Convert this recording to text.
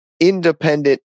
independent